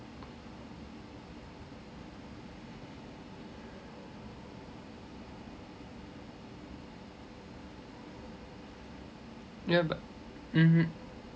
ya but mmhmm